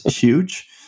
huge